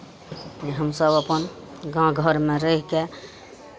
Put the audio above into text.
जे हमसभ अपन गाँव घरमे रहि कऽ